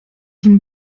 wahl